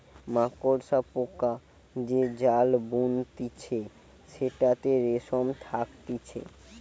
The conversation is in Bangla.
মাকড়সা পোকা যে জাল বুনতিছে সেটাতে রেশম থাকতিছে